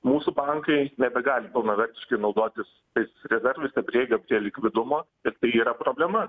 mūsų bankai nebegali pilnavertiškai naudotis tais rezervais kad prieiga prie likvidumo ir tai yra problema